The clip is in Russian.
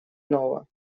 нова